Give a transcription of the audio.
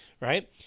right